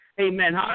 Amen